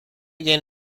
gain